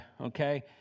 okay